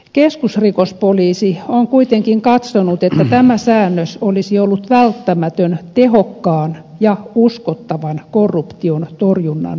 keskusrikospoliisi on kuitenkin katsonut että tämä säännös olisi ollut välttämätön tehokkaan ja uskottavan korruption torjunnan järjestämiseksi